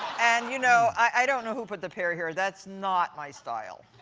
and you know, i don't know who put the pear here. that's not my style.